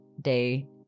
day